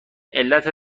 علت